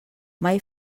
mai